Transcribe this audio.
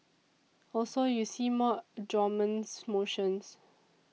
also you see more adjournments motions